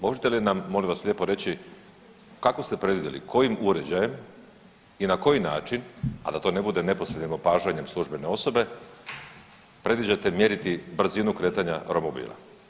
Možete li nam, molim vas lijepo reći, kako ste predvidjeli, kojim uređajem i na koji način, a da to ne bude neposrednim opažanjem službene osobe, predviđate mjeriti brzinu kretanja romobila?